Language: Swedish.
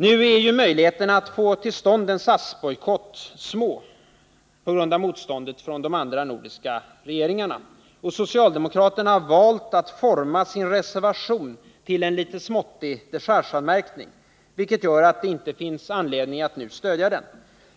Nu är möjligheterna att få till stånd en SAS-bojkott små, på grund av motståndet från de andra nordiska regeringarna, och socialdemokraterna har valt att forma sin reservation till en liten, småttig dechargeanmärkning, vilket gör att det inte finns anledning att stödja dem.